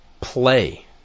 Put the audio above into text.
play